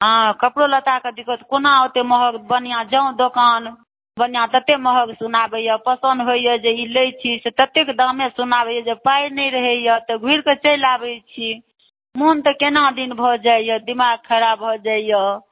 हँ कपड़ो लत्ताके दिक्कत कोना ओतेक महग बनिआ जाउ दोकान बनिआ ततेक महग सुनाबैए पसिन्न होइए जे ई लै छी से ततेक दामे सुनाबैए जे पाइ नहि रहैए तऽ घुरिकऽ चलि आबै छी मोन तऽ कोना दिन भऽ जाइए दिमाग खराब भऽ जाइए